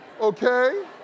Okay